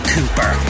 Cooper